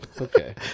Okay